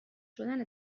شدن